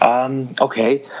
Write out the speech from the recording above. Okay